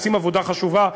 עושים עבודה חשובה,